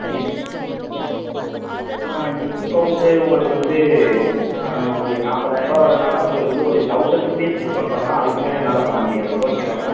ம் டிஸ்கௌண்ட்டு உங்களுக்கு வந்து ஒரு நாப்பதாயருபா வரதனால உங்களுக்கு வந்து தெளசண்ட் ருப்பீஸ் டிஸ்கௌண்ட் பண்ணலாம் அதுக்கு மேலே என்னால் பண்ண முடியாது ஓகேவா மேடம்